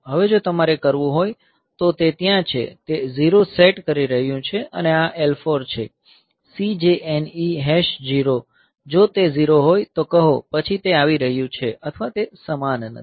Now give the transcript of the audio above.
હવે જો તમારે કરવું હોય તો તે ત્યાં છે તે 0 સેટ કરી રહ્યું છે અને આ L4 છે CJNE 0 જો તે 0 હોય તો કહો પછી તે આવી રહ્યું છે અથવા તે સમાન નથી